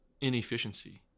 inefficiency